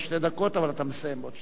אבל אתה מסיים בעוד שתי דקות.